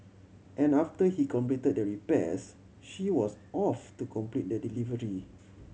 and after he completed the repairs she was off to complete the delivery